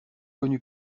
connu